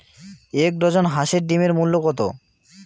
এক ডজন হাঁসের ডিমের মূল্য কত?